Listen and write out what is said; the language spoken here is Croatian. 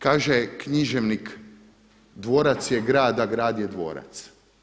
Kaže književnik dvorac je grad, a grad je dvorac.